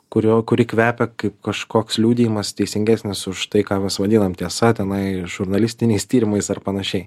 kurio kuri kvepia kaip kažkoks liudijimas teisingesnis už tai ką mes vadinam tiesa tenai žurnalistiniais tyrimais ar panašiai